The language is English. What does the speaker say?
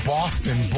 Boston